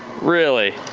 really?